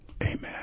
Amen